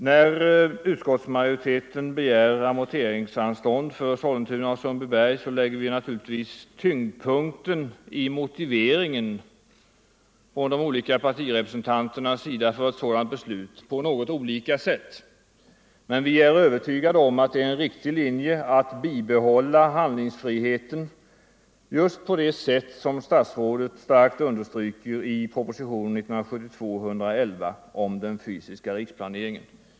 När utskottsmajoriteten begär amorteringsanstånd för Sollentuna och Sundbyberg lägger de olika partiernas representanter tyngdpunkten i motiveringen på olika sätt, men vi är övertygade om att det är en riktig linje att bibehålla handlingsfriheten just på det sätt som statsrådet starkt understryker i propositionen 1972:111 om den fysiska riksplaneringen.